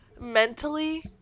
mentally